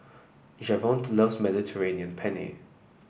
Javonte loves Mediterranean Penne